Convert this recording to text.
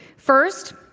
first,